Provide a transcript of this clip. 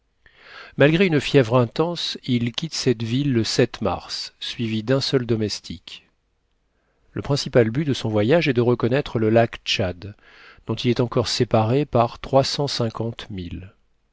malgré une fièvre intense il quitte cette ville le mars suivi d'un seul domestique le principal but de son voyage est de reconnaître le lac tchad dont il est encore séparé par